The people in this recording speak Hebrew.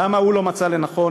למה הוא לא מצא לנכון,